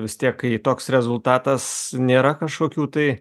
vis tiek kai toks rezultatas nėra kažkokių tai